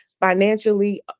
financially